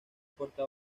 puerta